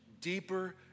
deeper